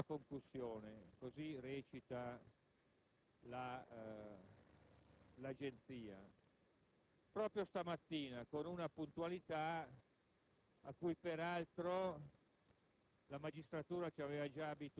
per tentata concussione (così recita la nota dell'agenzia), proprio stamattina, con una puntualità cui peraltro